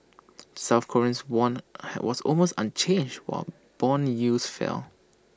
South Koreans won was almost unchanged while Bond yields fell